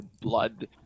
blood